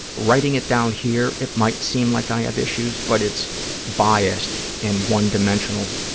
writing it down here, it might seem like i have issues, but it's biased and one-dimensional,